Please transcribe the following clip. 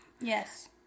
Yes